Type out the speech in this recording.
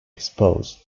exposed